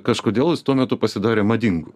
kažkodėl jis tuo metu pasidarė madingu